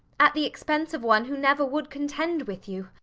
at the expense of one who never would contend with you.